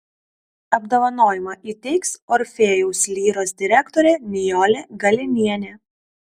apdovanojimą įteiks orfėjaus lyros direktorė nijolė galinienė